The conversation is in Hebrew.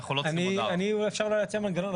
אולי אפשר להציע מנגנון.